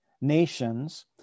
nations